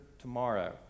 tomorrow